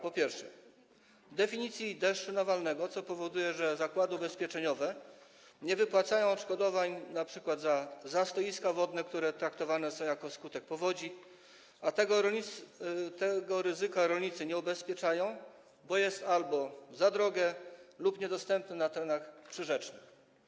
Po pierwsze, nie ma definicji deszczu nawalnego, co powoduje, że zakłady ubezpieczeniowe nie wypłacają odszkodowań np. za zastoiska wodne, które traktowane są jako skutek powodzi, a tego ryzyka rolnicy nie ubezpieczają, bo jest albo za drogie, albo niedostępne na terenach przyrzecznych.